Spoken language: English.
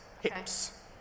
hips